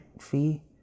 fee